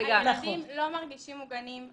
הילדים לא מרגישים מוגנים.